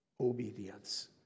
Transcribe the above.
obedience